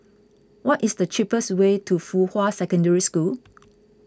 what is the cheapest way to Fuhua Secondary School